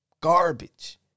Garbage